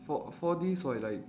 for for this right like